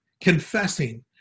confessing